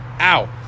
ow